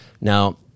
Now